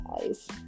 guys